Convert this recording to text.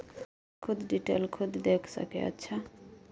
customer खुद detail खुद देख सके अच्छा